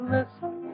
Listen